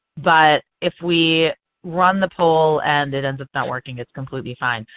but if we run the poll and it ends up not working it's completely fine.